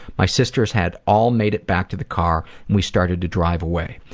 my sisters had all made it back to the car and we started to drive away.